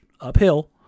uphill